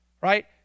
right